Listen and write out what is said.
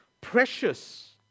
precious